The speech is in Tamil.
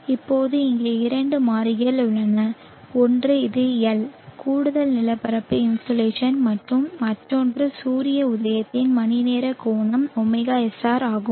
இப்போது இங்கே இரண்டு மாறிகள் உள்ளன ஒன்று இது L கூடுதல் நிலப்பரப்பு இன்சோலேஷன் மற்றும் மற்றொன்று சூரிய உதயத்தில் மணிநேர கோணம் ωSR ஆகும்